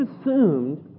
assumed